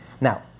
Now